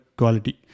quality